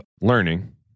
learning